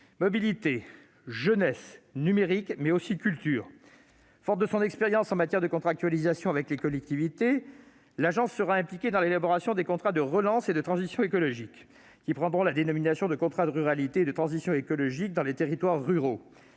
mobilité, jeunesse, numérique et culture. Forte de son expérience en matière de contractualisation avec les collectivités, l'agence sera impliquée dans l'élaboration des contrats de relance et de transition écologique, qui prendront la dénomination de contrats de ruralité de transition écologique dans les territoires ruraux,